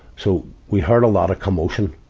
so, we heard a lot of commotion,